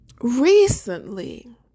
recently